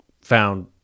found